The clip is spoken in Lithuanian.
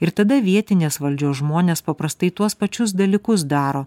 ir tada vietinės valdžios žmonės paprastai tuos pačius dalykus daro